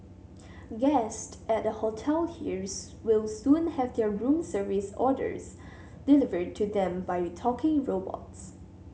guest at a hotel here's will soon have their room service orders delivered to them by talking robots